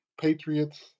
Patriots